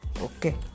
okay